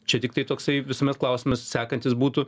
čia tiktai toksai visuomet klausimus sekantis būtų